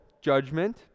judgment